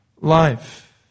life